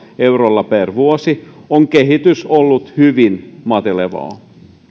eurolla per vuosi on kehitys ollut hyvin matelevaa